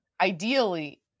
ideally